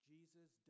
Jesus